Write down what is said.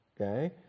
Okay